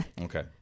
Okay